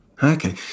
Okay